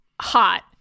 hot